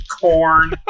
corn